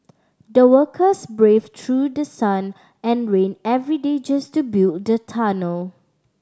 the workers braved through the sun and rain every day just to build the tunnel